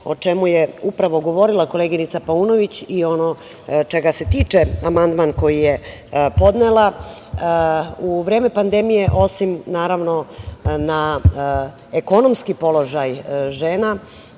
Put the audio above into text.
o čemu je upravo govorila koleginica Paunović i ono čega se tiče amandman koji je podnela, u vreme pandemije, osim naravno na ekonomski položaj žena,